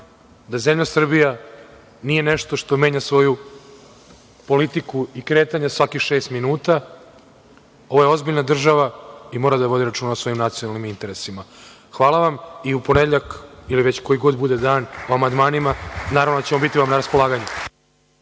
da zemlja Srbija nije nešto što menja svoju politiku i kretanje svakih šest minuta. Ovo je ozbiljna država i mora da vodi računa o svojim nacionalnim interesima. Hvala vam i u ponedeljak ili već koji god bude dan o amandmanima. Naravno da ćemo vam biti na raspolaganju.